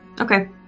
Okay